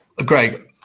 Greg